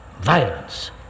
violence